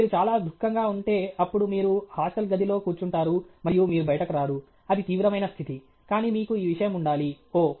మీరు చాలా దుఃఖంగా ఉంటే అప్పుడు మీరు హాస్టల్ గదిలో కూర్చుంటారు మరియు మీరు బయటకు రారు అది తీవ్రమైన స్థితి కానీ మీకు ఈ విషయం ఉండాలి ఓహ్